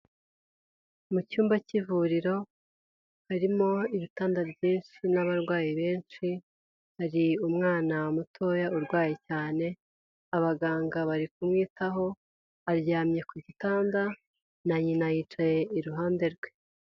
Mu cyumba k'ivuriro harimo ibitanda byinshi n'abarwayi benshi hari umwana mutoya urwaye cyane abaganga bari kumwitaho aryamye ku gitanda na nyina yicaye iruhande rwe.